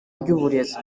ry’uburezi